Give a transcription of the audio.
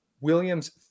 Williams